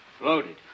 loaded